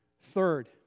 Third